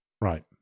Right